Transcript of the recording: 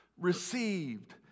received